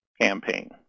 campaign